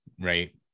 right